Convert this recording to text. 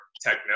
techno